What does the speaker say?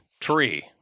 tree